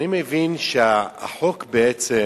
אני מבין שהחוק בעצם